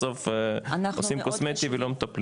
בסוף עושים קוסמטי ולא מטפלים.